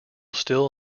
still